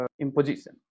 imposition